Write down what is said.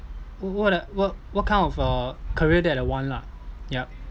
wh~ what a what what kind of uh career that I want lah yup